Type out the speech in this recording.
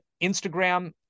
Instagram